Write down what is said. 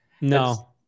No